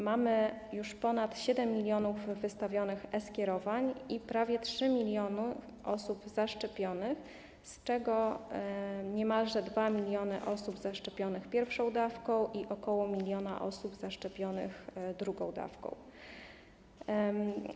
Mamy już ponad 7 mln wystawionych e-skierowań i prawie 3 mln osób zaszczepionych, z czego niemalże 2 mln osób zaszczepionych pierwszą dawką i ok. 1 mln osób zaszczepionych drugą dawką.